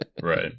Right